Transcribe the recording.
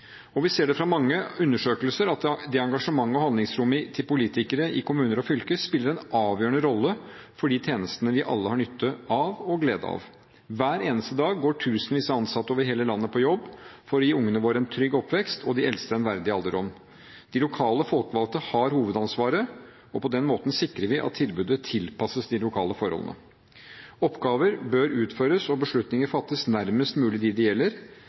Vi ser fra mange undersøkelser at engasjementet og handlingsrommet til politikere i kommuner og fylker spiller en avgjørende rolle for de tjenestene vi alle har nytte av og glede av. Hver eneste dag går tusenvis av ansatte over hele landet på jobb for å gi ungene våre en trygg oppvekst og de eldste en verdig alderdom. De lokale folkevalgte har hovedansvaret, og på den måten sikrer vi at tilbudet tilpasses de lokale forholdene. Oppgaver bør utføres og beslutninger fattes nærmest mulig dem det gjelder.